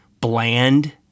bland